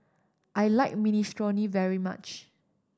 I like Minestrone very much